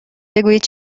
بگویید